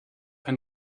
ein